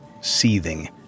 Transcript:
seething